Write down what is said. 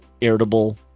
irritable